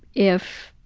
if